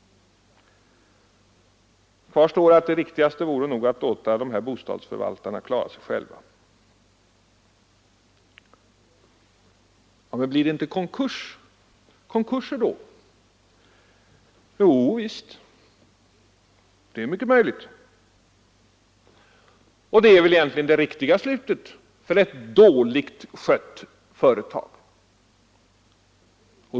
Kvar står att det riktigaste nog vore att låta de här bostadsförvaltarna klara sig själva. Men blir det inte konkurser då? Jo visst, det är mycket möjligt, och det är väl egentligen det riktiga slutet för ett illa skött företag.